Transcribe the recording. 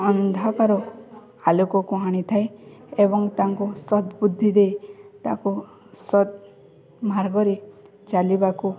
ଅନ୍ଧକାର ଆଲୋକକୁ ଆଣିଥାଏ ଏବଂ ତାଙ୍କୁ ସତ୍ ବୁଦ୍ଧି ଦେଇ ତା'କୁ ସତ୍ ମାର୍ଗରେ ଚାଲିବାକୁ